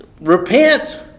Repent